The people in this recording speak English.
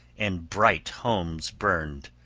and bright homes burned.